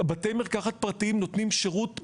בתי מרקחת פרטיים נותנים שירות מצוין,